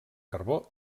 carbó